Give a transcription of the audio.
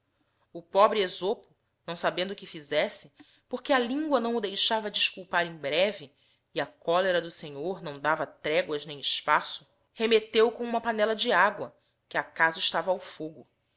o pobre esopo não sabendo que fizesse porque a lingua não o deixava desculpar em breve e a cólera do senhor não dava tregoas nem espaço remetteo com huma panella de agua que acaso estava ao fogo